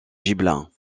gibelins